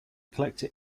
collector